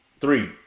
Three